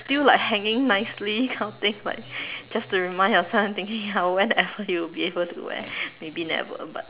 still like hanging nicely kind of thing but just to remind ourselves thinking ya when ever you'll be able to wear maybe never but